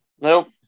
Nope